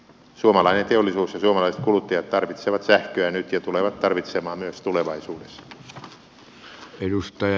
suomalainen teollisuus ja suomalaiset kuluttajat tarvitsevat sähköä nyt ja tulevat tarvitsemaan myös tulevaisuudessa